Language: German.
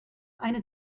eine